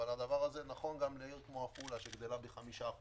אבל הדבר הזה נכון גם לעיר כמו עפולה שגדלה ב-5%